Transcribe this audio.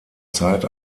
zeit